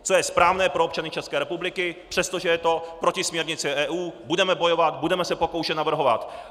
Co je správné pro občany České republiky, přestože je to proti směrnici EU, budeme bojovat, budeme se pokoušet navrhovat.